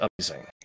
amazing